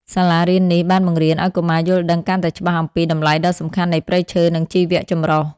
សាលារៀននេះបានបង្រៀនឱ្យកុមារយល់ដឹងកាន់តែច្បាស់អំពី តម្លៃដ៏សំខាន់នៃព្រៃឈើ និងជីវៈចម្រុះ។